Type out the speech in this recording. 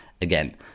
again